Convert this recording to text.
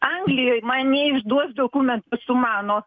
anglijoj man neišduos dokumento su mano